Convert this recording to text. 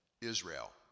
Israel